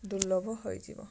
ଦୁର୍ଲ୍ଲଭ ହୋଇଯିବ